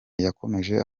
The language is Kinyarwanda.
yakomeje